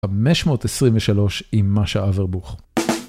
523 עם משה עברבוך.